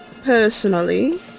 Personally